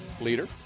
leader